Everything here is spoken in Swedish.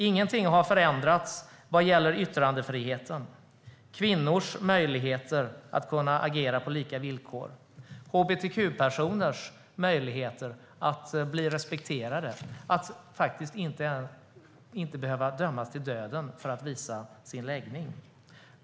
Ingenting har förändrats vad gäller yttrandefriheten, kvinnors möjligheter att agera på lika villkor och hbtq-personers möjligheter att bli respekterade och att inte behöva dömas till döden om de visar sin läggning.